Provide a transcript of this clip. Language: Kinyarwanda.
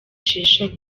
esheshatu